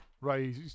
Right